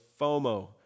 FOMO